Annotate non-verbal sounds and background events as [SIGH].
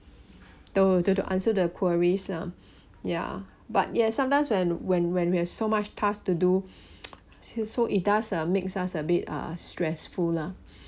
to to to answer their queries lah ya but ya sometimes when when when we have so much task to do [BREATH] so it does makes us a bit uh stressful lah